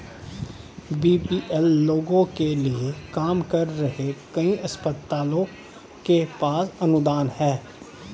BPL लोगों के लिए काम कर रहे कई अस्पतालों के पास अनुदान हैं